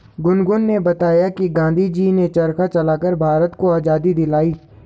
गुनगुन ने बताया कि गांधी जी ने चरखा चलाकर भारत को आजादी दिलाई